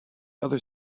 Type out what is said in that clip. other